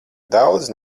daudz